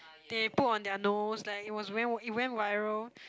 they put on their nose like it was went it went viral